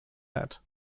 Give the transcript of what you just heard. head